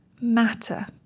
matter